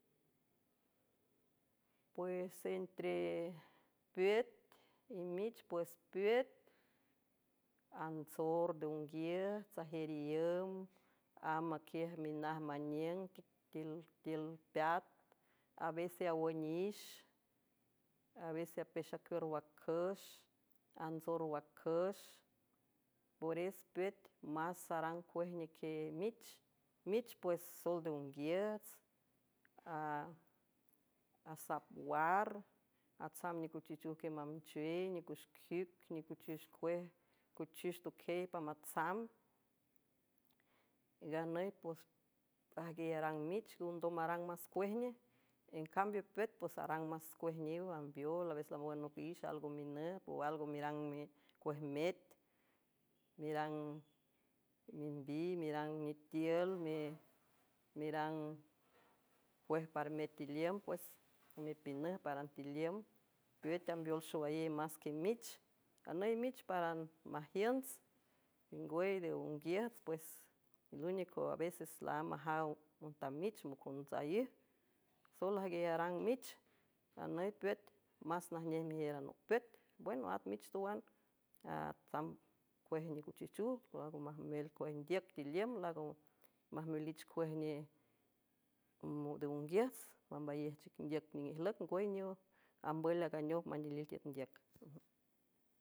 Pues entre püt y mich pues put ansor de nguiejts sajier iend amakiej minaj mallem tiel tiel peat a vces a wuen ñi ish a veces apeshakur wakush ansor wakush por es püt mas aran kuej ñikej mitch, micht pues sor de unguiets a asap war asap ñikuchuj chuj kiej mamchuey ñikuj ñikuchuj kuej kuchuj tokey pamatsam ganey ps ajgue aran mich ngondom maran mas kuej ñej en cambio püt pues aran mas kuej ñiw ambiol a veces lango anop ish algo mi nüt o algo mirang mi kuej meet mirang mimbi miran mi tield mi- miran kuej parmej tiliem pues mipinej param tiliem püt ambiol showalley mas que mich aney mich para majients ngüey de unguiets pues único a veces la am majaw monta mich moconsaij solo ajgue arang mich aney püt mas najñe mirang naj püt bueno aj mich tuan apam kuej ñikuchichuj ngo mas muelt kuej ndieck tiliem lago mas muelt ich kuej ñi de nguiets mamballej chijk ndieck ijleck ngüey ñiw ajmbuel lagañow mandielil tiel ndieck.